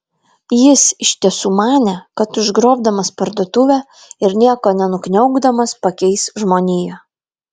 jis iš tiesų manė kad užgrobdamas parduotuvę ir nieko nenukniaukdamas pakeis žmoniją